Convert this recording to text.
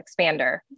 expander